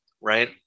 right